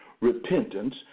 repentance